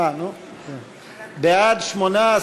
ההצעה להעביר את הנושא לוועדת החוקה,